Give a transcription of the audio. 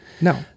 No